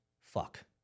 fuck